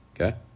okay